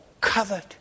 covered